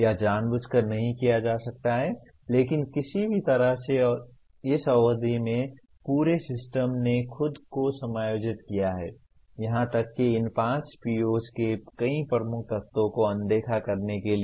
यह जानबूझकर नहीं किया जा सकता है लेकिन किसी भी तरह से इस अवधि में पूरे सिस्टम ने खुद को समायोजित किया है यहां तक कि इन 5 POs के कई प्रमुख तत्वों को अनदेखा करने के लिए